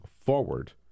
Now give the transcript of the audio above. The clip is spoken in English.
forward